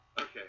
Okay